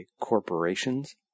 corporations